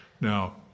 Now